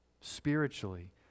spiritually